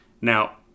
Now